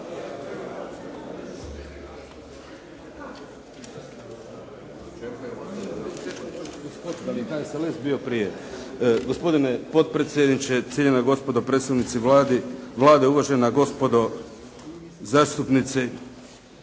Gospodine potpredsjedniče, cijenjena gospodo predstavnici Vlade, uvažena gospodo zastupnici.